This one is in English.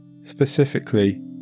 Specifically